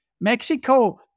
Mexico